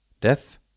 death